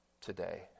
today